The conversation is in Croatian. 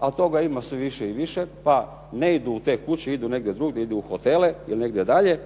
a toga ima sve više i više pa ne idu u te kuće, idu negdje drugdje, idu u hotele ili negdje dalje